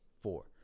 four